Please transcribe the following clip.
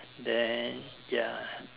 then ya